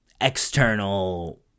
external